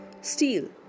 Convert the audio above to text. steel